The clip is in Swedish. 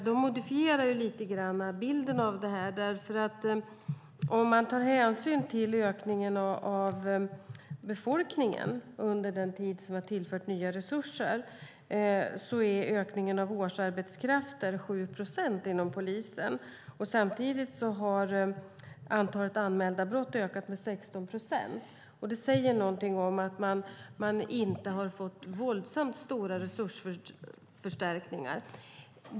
De modifierar lite grann bilden av det här, därför att om man tar hänsyn till ökningen av befolkningen under den tid som vi har tillfört nya resurser är ökningen av årsarbetskraften 7 procent inom polisen. Samtidigt har antalet anmälda brott ökat med 16 procent. Det säger någonting om att man inte har fått våldsamt stora resursförstärkningar.